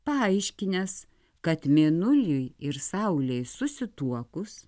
paaiškinęs kad mėnuliui ir saulei susituokus